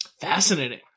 Fascinating